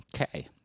Okay